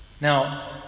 Now